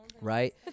right